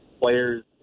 players